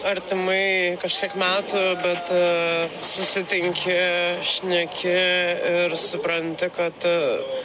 artimai kažkiek metų bet susitinki šneki ir supranti kad